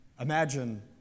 Imagine